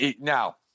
Now